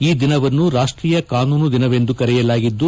ಈ ದಿನವನ್ನು ರಾಷ್ಷೀಯ ಕಾನೂನು ದಿನವೆಂದು ಕರೆಯಲಾಗಿದ್ದು